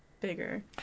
bigger